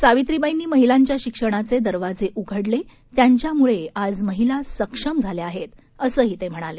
सावित्रीबाईनी महिलांच्या शिक्षणाचे दरवाजे उघडले त्यांच्यामुळे आज महिला सक्षम झाल्या आहेत असंही ते म्हणाले